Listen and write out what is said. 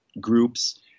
groups